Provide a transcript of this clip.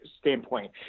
standpoint